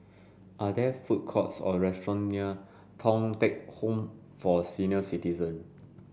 are there food courts or restaurant near Thong Teck Home for Senior Citizen